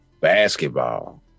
basketball